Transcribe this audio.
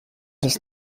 dass